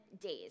days